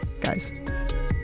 guys